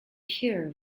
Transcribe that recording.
here